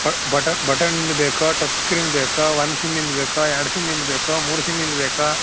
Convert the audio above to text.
ಬ ಬಟ ಬಟನ್ದು ಬೇಕೋ ಟಚ್ ಸ್ಕ್ರೀನ್ ಬೇಕಾ ಒನ್ ಸಿಮ್ಮಿಂದು ಬೇಕಾ ಎರಡು ಸಿಮ್ಮಿಂದು ಬೇಕಾ ಮೂರು ಸಿಮ್ಮಿಂದು ಬೇಕಾ